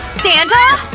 santa?